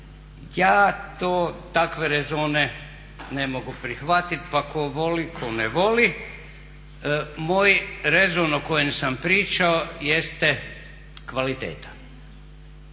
Ja to takve rezone ne mogu prihvatiti pa tko voli, tko ne voli. Moj rezon o kojem sam pričao je kvaliteta.